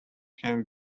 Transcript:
can